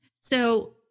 So-